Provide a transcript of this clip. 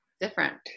different